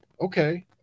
Okay